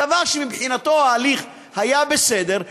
הוא קבע שמבחינתו ההליך היה בסדר,